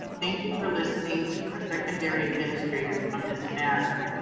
thank you for listening to our secondary administrators on this matter.